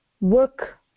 work